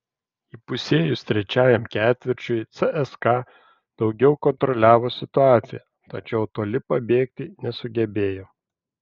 įpusėjus trečiajam ketvirčiui cska daugiau kontroliavo situaciją tačiau toli pabėgti nesugebėjo